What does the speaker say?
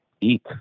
eat